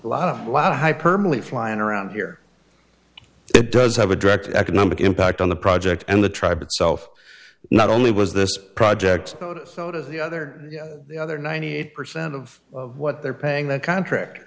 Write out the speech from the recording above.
lot of a lot of hyperbole flying around here it does have a direct economic impact on the project and the tribe itself not only was this project so does the other the other ninety eight percent of what they're paying that contract